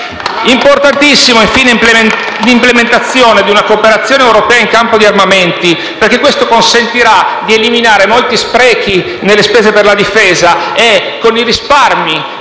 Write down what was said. Importantissima, infine, è l'implementazione di una cooperazione europea in campo di armamenti, perché consentirà di eliminare molti sprechi nelle spese per la difesa. Con i risparmi